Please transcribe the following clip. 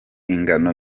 ingano